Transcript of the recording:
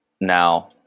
Now